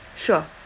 sure